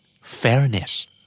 Fairness